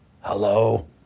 hello